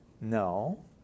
No